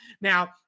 Now